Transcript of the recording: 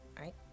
right